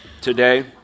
today